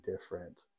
different